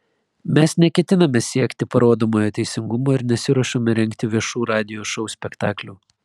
mes neketiname siekti parodomojo teisingumo ir nesiruošiame rengti viešų radijo šou spektaklių